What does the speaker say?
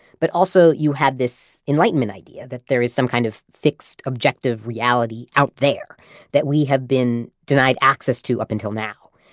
but also you have this enlightenment idea that there is some kind of fixed, objective reality out there that we have been denied access to, up until now.